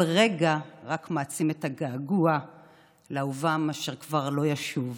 כל רגע רק מעצים את הגעגוע לאהובם אשר כבר לא ישוב.